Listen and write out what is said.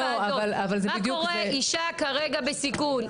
מה קורה אישה כרגע בסיכון.